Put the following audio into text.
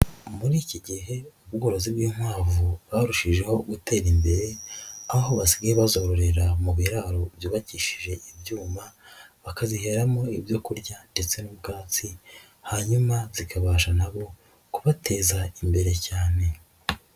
Muri iki gihe ubworozi bw'inkwavu bwarushijeho gutera imbere, aho basigaye bazororera mu biraro byubakishije ibyuma bakaziheramo ibyo kurya ndetse n'ubwatsi, hanyuma bikabasha nabo kubateza imbere cyane.